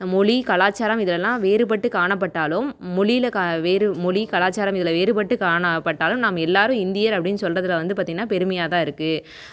மொழி கலாச்சாரம் இதுலெலாம் வேறுபட்டு காணப்பட்டாலும் மொழியில் கா வேறு மொழி கலாச்சாரம் இதில் வேறுபட்டு காணப்பட்டாலும் நம் எல்லோரும் இந்தியர் அப்படினு சொல்கிறதுல வந்து பார்த்திங்கன்னா பெருமையாக தான் இருக்குது